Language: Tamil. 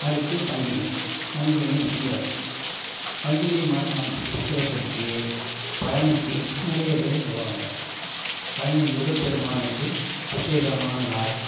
அடுத்து பங்குனி பங்குனி உத்திரம் பங்குனி மாதம் உத்திரத்திக்கு பழனிக்கு நிறைய பேர் போவாங்க பழனி முருகப் பெருமானுக்கு விசேஷமான நாள்